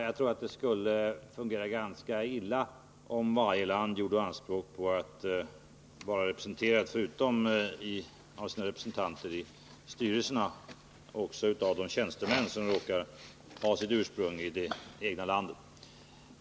Jag tror att det skulle fungera ganska illa om varje land gjorde anspråk på att vara representerat, förutom av sina representanter i styrelserna, också av de tjänstemän som råkar ha sitt ursprung i det egna landet.